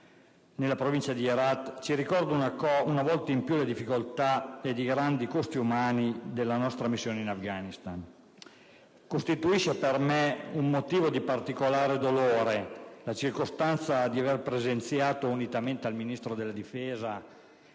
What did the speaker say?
nella provincia di Herat ci ricorda una volta di più le difficoltà ed i grandi costi umani della nostra missione in Afghanistan. Quanto accaduto costituisce per me un motivo di particolare dolore, avendo presenziato, unitamente al Ministro della difesa,